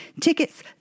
Tickets